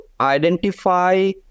identify